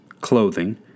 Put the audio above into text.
clothing